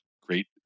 great